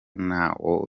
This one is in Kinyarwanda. nawo